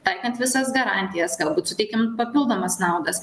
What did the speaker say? taikant visas garantijas galbūt suteikiant papildomas naudas